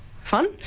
fun